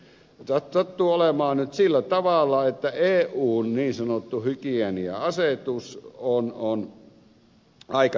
sattuu olemaan nyt sillä tavalla että eun niin sanottu hygienia asetus on aika tiukka